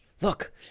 look